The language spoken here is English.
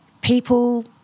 People